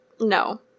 No